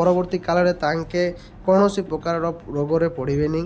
ପରବର୍ତ୍ତୀ କାଳରେ ତାଙ୍କେ କୌଣସି ପ୍ରକାରର ରୋଗରେ ପଡ଼ିବେନି